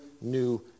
new